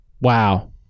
Wow